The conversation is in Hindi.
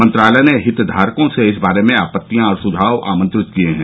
मंत्रालय ने हित धारकों से इस बारे में आपत्तियां और सुझाव आमंत्रित किए हैं